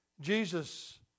Jesus